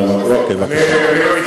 אולי ברמה האינפורמטיבית.